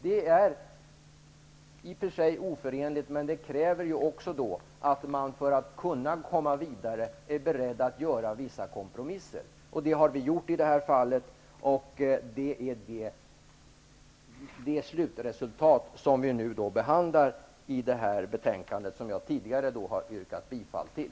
Det är alltså i och för sig oförenligt, men det är ju då nödvändigt att man för att kunna komma vidare är beredd att göra vissa kompromisser. Det har vi gjort i det här fallet, och det är slutresultatet som vi nu behandlar i detta betänkande, som jag tidigare har yrkat bifall till.